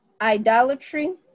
Idolatry